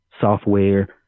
software